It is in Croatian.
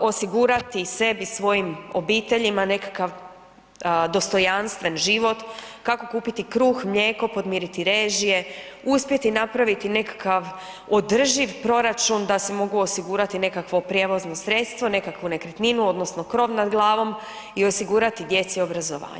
osigurati sebi, svojim obiteljima nekakav dostojanstven život, kako kupiti kruh, mlijeko, podmiriti režije, uspjeti napraviti nekakav održivi proračun da si mogu osigurati nekakvo prijevozno sredstvo, nekakvu nekretninu odnosno krov nad glavom i osigurati djeci obrazovanje.